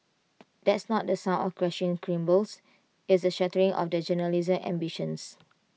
that's not the sound of crashing cymbals it's the shattering of their journalism ambitions